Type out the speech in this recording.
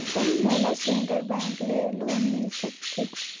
कौन मोला central bank ले लोन मिल सकथे?